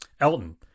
elton